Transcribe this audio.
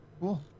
cool